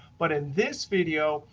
but in this video,